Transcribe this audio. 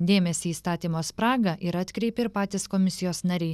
dėmesį į įstatymo spragą yra atkreipę ir patys komisijos nariai